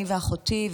אני ואחותי,